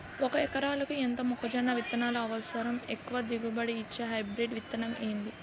ఒక ఎకరాలకు ఎంత మొక్కజొన్న విత్తనాలు అవసరం? ఎక్కువ దిగుబడి ఇచ్చే హైబ్రిడ్ విత్తనం ఏది?